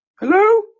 Hello